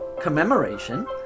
commemoration